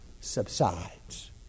subsides